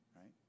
right